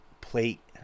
plate